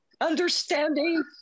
understanding